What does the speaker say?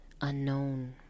unknown